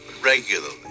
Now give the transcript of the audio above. regularly